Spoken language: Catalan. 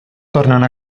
tornant